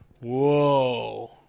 whoa